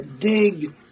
dig